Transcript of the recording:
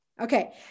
Okay